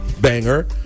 banger